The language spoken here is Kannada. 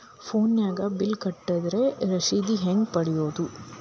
ಫೋನಿನಾಗ ಬಿಲ್ ಕಟ್ಟದ್ರ ರಶೇದಿ ಹೆಂಗ್ ಪಡೆಯೋದು?